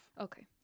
Okay